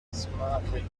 smartly